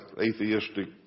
atheistic